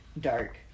dark